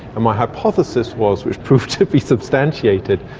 and my hypothesis was, which proved to be substantiated,